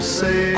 say